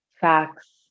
Facts